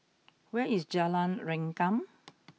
where is Jalan Rengkam